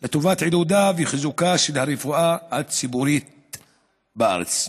עידודה וחיזוקה של הרפואה הציבורית בארץ.